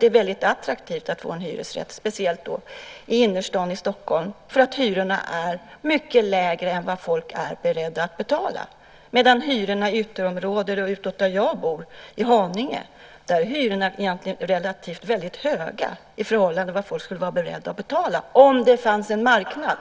Det är attraktivt att bo i hyresrätt, speciellt i innerstaden i Stockholm, därför att hyrorna är mycket lägre än vad folk är beredda betala. Medan hyrorna i ytterområden och utåt där jag bor, i Haninge, egentligen är relativt höga i förhållande till vad människor skulle vara beredda att betala om det fanns en marknad.